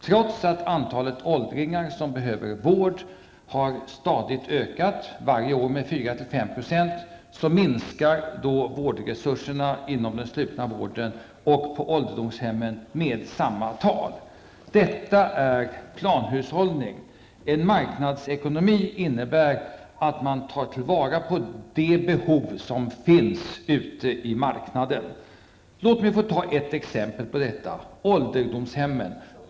Trots att antalet åldringar som behöver vård stadigt har ökat med 4--5 % minskar vårdresurserna inom den slutna vården och på ålderdomshemmen med samma tal. Detta är planhushållning! Marknadsekonomi innebär att man tar till vara de behov som finns ute på marknaden. Låt mig anföra ett exempel på detta -- ålderdomshemmen.